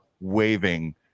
waving